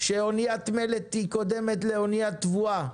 שאוניית מלט קודמת לאוניית תבואה.